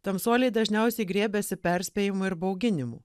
tamsuoliai dažniausiai griebiasi perspėjimo ir bauginimų